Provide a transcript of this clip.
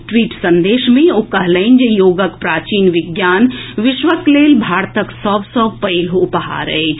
tweet संदेश मे ओ कहलनि जे योगक प्राचीन विज्ञान विश्वक लेल भारतक सभ सँ पैघ उपहार अछि